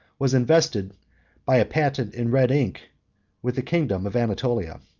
was invested by a patent in red ink with the kingdom of anatolia.